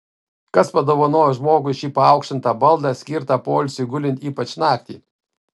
kas padovanojo žmogui šį paaukštintą baldą skirtą poilsiui gulint ypač naktį